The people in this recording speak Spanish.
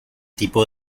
tipo